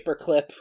Paperclip